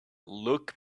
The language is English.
look